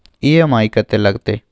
EMI कत्ते लगतै?